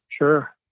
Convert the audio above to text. Sure